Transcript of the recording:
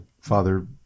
father